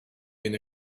been